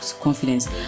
confidence